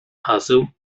haseł